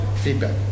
feedback